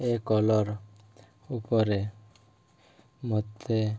ଏ collar ଉପରେ ମୋତେ